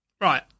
Right